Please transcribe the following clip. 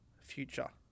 future